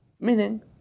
Meaning